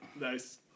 Nice